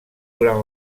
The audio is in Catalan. durant